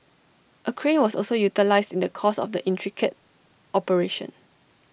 A crane was also utilised in the course of the intricate operation